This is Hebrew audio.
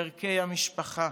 ערכי המשפחה,